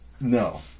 No